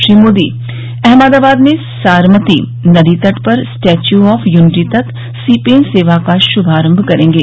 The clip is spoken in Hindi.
श्री मोदी अहमदाबाद में सारमती नदी तट पर स्टैच्यू ऑफ यूनिटी तक सीपेन सेवा का शुभारम्भ करेंगे